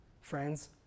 friends